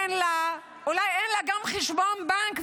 שאולי אין לה גם חשבון בנק,